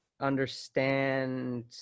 understand